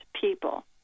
people